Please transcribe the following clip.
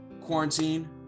quarantine